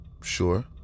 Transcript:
sure